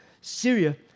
Syria